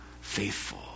faithful